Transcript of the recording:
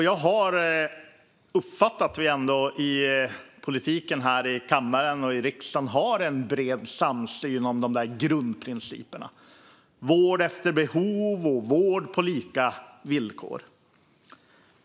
Jag har uppfattat att vi i politiken och här i riksdagen har en bred samsyn kring grundprinciperna vård efter behov och vård på lika villkor.